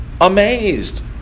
amazed